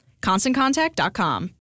ConstantContact.com